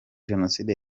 jenoside